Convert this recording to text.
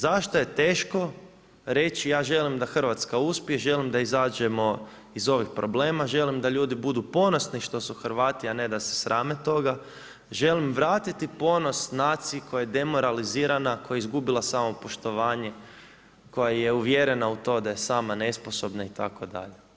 Zašto je teško reći ja želim da Hrvatska uspije, želim da izađemo iz ovih problema, želim da ljudi budu ponosno što su Hrvati, a ne da se srame toga, želim vratiti ponos naciji koja je demoralizirana, koja je izgubila samopoštovanje, koja je uvjerena u to da je sama nesposobna itd.